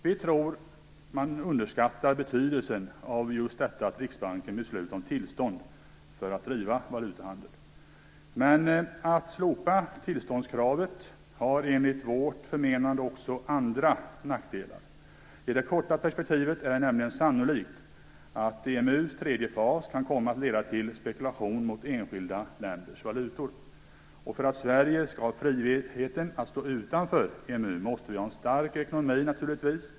Vi tror att man underskattar betydelsen av att Riksbanken beslutar om tillstånd för att bedriva valutahandel. Men att slopa tillståndskravet har enligt vårt förmenande också andra nackdelar. I det korta perspektivet är det nämligen sannolikt att EMU:s tredje fas kan komma att leda till spekulation mot enskilda länders valutor. För att Sverige skall ha friheten att stå utanför EMU, måste vi naturligtvis ha en stark ekonomi.